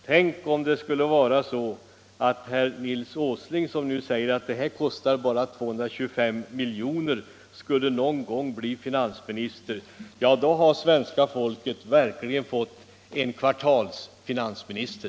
Tänk om herr Nils Åsling, som nu säger att det här bara kostar 225 miljoner, någon gång skulle bli finansminister! Då har svenska folket verkligen fått en ”kvartalsfinansminister”!